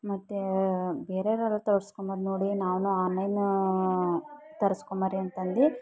ಮತ್ತು ಬೇರೆಯವ್ರ ಎಲ್ಲ ತರ್ಸ್ಕೊಳ್ಳೋದು ನೋಡಿ ನಾನು ಆನ್ಲೈನ್ ತರ್ಸ್ಕೋಂಬರ್ರಿ ಅಂತ ಅಂದು